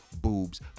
boobs